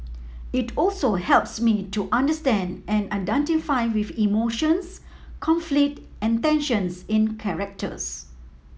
it also helps me to understand and identify with emotions conflict and tensions in characters